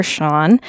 Sean